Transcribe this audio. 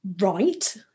Right